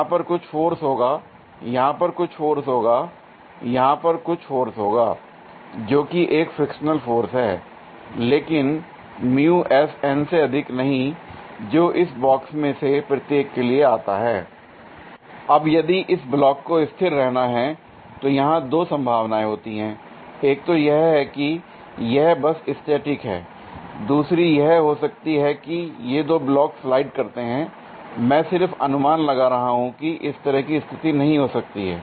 यहां पर कुछ फोर्स होगा यहां पर कुछ फोर्स होगा यहां पर कुछ फोर्स होगा जो कि एक फ्रिक्शनल फोर्स है l लेकिन से अधिक नहीं जो इस बॉक्स में से प्रत्येक के लिए आता हैl अब यदि इस ब्लॉक को स्थिर रहना है तो यहां दो संभावनाएं होती हैं एक तो यह है कि यह बस स्टैटिक हैं दूसरी यह हो सकती है कि ये दो ब्लॉक स्लाइड करते हैं l मैं सिर्फ अनुमान लगा रहा हूं कि इस तरह की स्थिति नहीं हो सकती है